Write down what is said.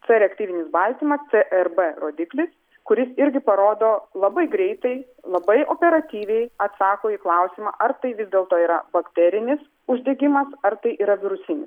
c reaktyvinis baltymas crb rodiklis kuris irgi parodo labai greitai labai operatyviai atsako į klausimą ar tai vis dėlto yra bakterinis uždegimas ar tai yra virusinis